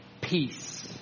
peace